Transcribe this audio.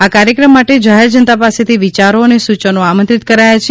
આ કાર્યક્રમ માટે જાહેર જનતા પાસેથી વિચારો અને સૂચનો આમંત્રિત કરાયા છે